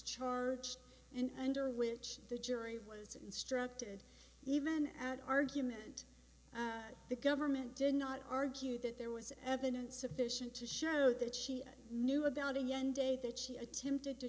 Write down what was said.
charged and under which the jury was instructed even at argument the government did not argue that there was evidence sufficient to show that she knew about a young day that she attempted to